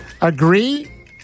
Agree